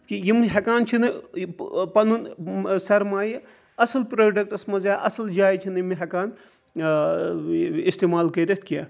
کہِ یِم ہیٚکان چھِ نہٕ پَنُن سَرمایہِ اصل پروڈَکٹَس مَنٛز یا اصل جایہِ چھِ نہٕ یِم ہیٚکان اِستعمال کٔرِتھ کینٛہہ